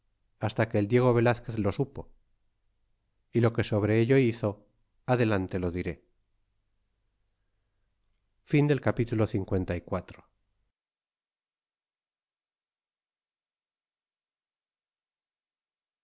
hasta que el diego velazquez lo supo y lo que sobre ello hizo adelante lo diré capitulo